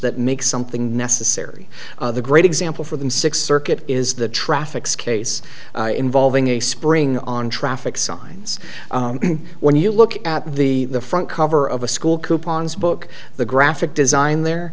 that makes something necessary the great example for them six circuit is the traffic's case involving a spring on traffic signs when you look at the front cover of a school coupons book the graphic design there